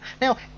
Now